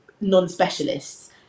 non-specialists